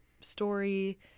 story